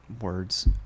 words